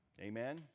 amen